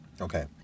Okay